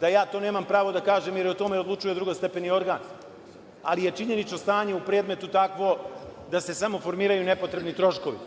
da ja nemam pravo da to kažem i da o tome odlučuje drugostepeni organ, ali je činjenično stanje u predmetu takvo da se samo formiraju nepotrebni troškovi,